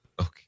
Okay